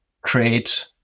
create